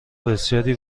بسیاری